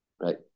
right